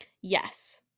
Yes